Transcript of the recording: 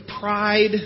pride